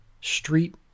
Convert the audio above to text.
Street